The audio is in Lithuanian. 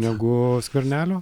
negu skvernelio